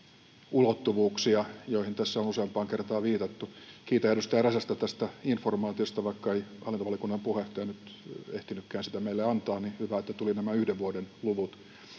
joihin tässä on useampaan kertaan viitattu. Kiitän edustaja Räsästä tästä informaatiosta — vaikka ei hallintovaliokunnan puheenjohtaja nyt ehtinytkään sitä meille antamaan, niin hyvä, että tulivat nämä yhden vuoden luvut.